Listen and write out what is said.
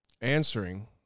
answering